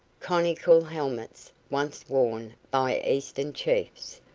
conical helmets, once worn by eastern chiefs,